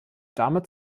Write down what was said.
damit